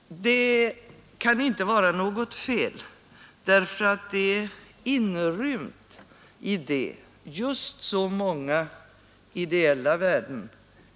Det kan inte vara något fel, eftersom däri är inrymt så många ideella värden.